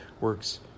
works